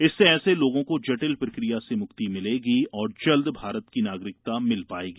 इससे ऐसे लोगों को जटिल प्रक्रिया से मुक्ति भिलेगी और जल्द भारत की नागरिकता भिल पाएगी